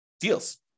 deals